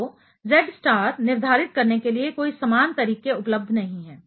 तो Z star निर्धारित करने के लिए कोई समान तरीके उपलब्ध नहीं हैं